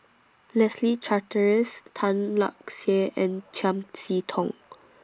Leslie Charteris Tan Lark Sye and Chiam See Tong